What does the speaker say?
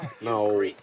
No